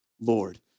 Lord